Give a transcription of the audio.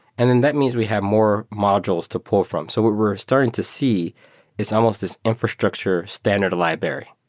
and and that means we have more modules to pull from. so what we're starting to see is almost this infrastructure standard library.